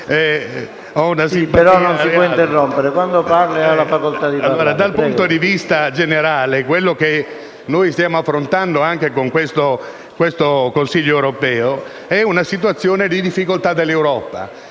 Dal punto di vista generale, quella che stiamo affrontando con questo Consiglio europeo è una situazione di difficoltà dell'Europa